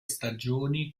stagioni